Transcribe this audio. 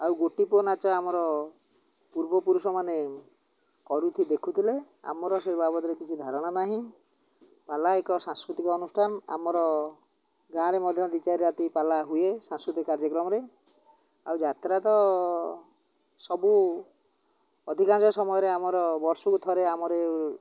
ଆଉ ଗୋଟିପୁଅ ନାଚ ଆମର ପୂର୍ବପୁରୁଷମାନେ କରୁଥି ଦେଖୁଥିଲେ ଆମର ସେ ବାବଦରେ କିଛି ଧାରଣା ନାହିଁ ପାଲା ଏକ ସାଂସ୍କୃତିକ ଅନୁଷ୍ଠାନ ଆମର ଗାଁରେ ମଧ୍ୟ ଦୁଇ ଚାରି ରାତି ପାଲା ହୁଏ ସାଂସ୍କୃତିକ କାର୍ଯ୍ୟକ୍ରମରେ ଆଉ ଯାତ୍ରା ତ ସବୁ ଅଧିକାଂଶ ସମୟରେ ଆମର ବର୍ଷକୁ ଥରେ ଆମର